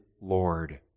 Lord